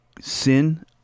sin